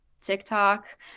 tiktok